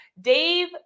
Dave